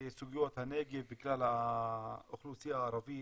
לסוגיות הנגב בגלל האוכלוסייה הערבית.